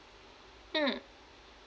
mm